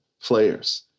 players